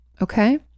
okay